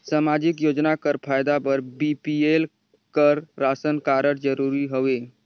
समाजिक योजना कर फायदा बर बी.पी.एल कर राशन कारड जरूरी हवे?